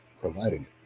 providing